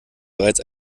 bereits